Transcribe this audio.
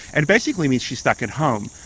and basically means she's stuck at home.